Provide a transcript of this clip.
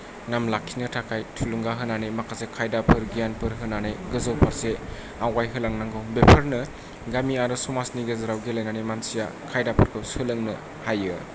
नाम लाखिनो थाखाय थुलुंगा होनानै माखासे खायदाफोर गियानफोर होनानै गोजौ फारसे आवगाय होलांनांगौ बेफोरनो गामि आरो समाजनि गेजेराव गेलेनानै मानसिया खायदाफोरखौ सोलोंनो हायो